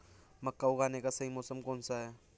मक्का उगाने का सही मौसम कौनसा है?